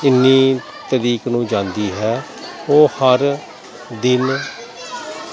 ਇੰਨੀ ਤਰੀਕ ਨੂੰ ਜਾਂਦੀ ਹੈ ਉਹ ਹਰ ਦਿਨ